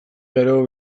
gero